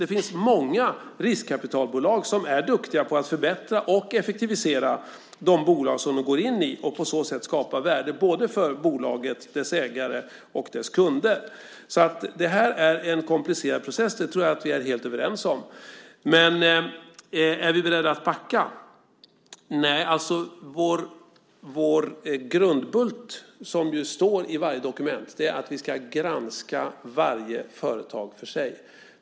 Det finns många riskkapitalbolag som är duktiga på att förbättra och effektivisera de bolag som de går in i och på så sätt skapa ökat värde för bolagen, deras ägare och kunder. Detta är alltså en komplicerad process. Det tror jag att vi är helt överens om. Men är vi beredda att backa? Nej, vår grundbult, som ju framgår av alla dokument, är att vi ska granska varje företag för sig.